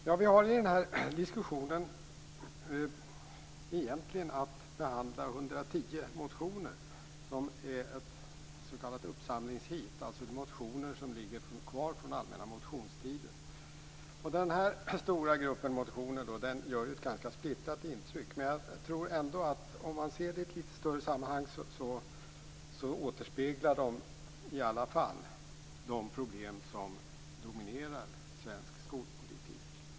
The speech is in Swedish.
Fru talman! I den här diskussionen har vi egentligen att behandla 110 motioner som är ett s.k. uppsamlingsheat, dvs. det är motioner som ligger kvar från den allmänna motionstiden. Den här stora gruppen motioner gör ett ganska splittrat intryck, men om man ser dem i ett litet större sammanhang tror jag ändå att de återspeglar de problem som dominerar svensk skolpolitik.